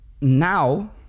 Now